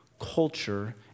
culture